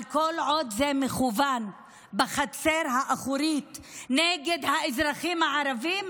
אבל כל עוד זה מכוון בחצר האחורית נגד האזרחים הערבים,